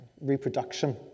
reproduction